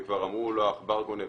וכבר אמרו לא העכבר גונב,